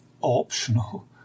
optional